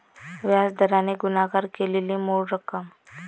व्याज दराने गुणाकार केलेली मूळ रक्कम